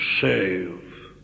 save